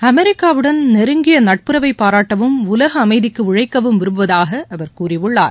அமெரிக்காவுடன் நெருங்கிய நட்புறவை பாராட்டவும் உலக அமைதிக்கு உழைக்கவும் விரும்புவதாக அவர் கூறியுள்ளார்